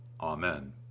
Amen